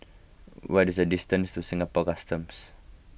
what is the distance to Singapore Customs